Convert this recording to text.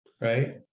right